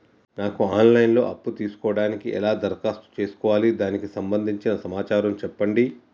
నాకు online లో అప్పు తీసుకోవడానికి ఎలా దరఖాస్తు చేసుకోవాలి దానికి సంబంధించిన సమాచారం చెప్పండి?